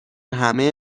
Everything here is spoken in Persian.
همه